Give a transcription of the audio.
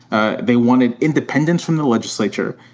ah they wanted independence from the legislature,